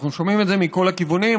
אנחנו שומעים את זה מכל הכיוונים.